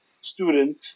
student